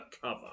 cover